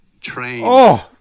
train